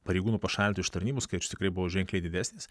pareigūnų pašalintų iš tarnybų skaičius tikrai buvo ženkliai didesnis